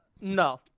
No